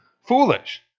foolish